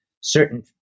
certain